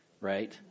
right